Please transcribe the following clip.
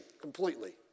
completely